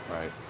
right